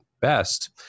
best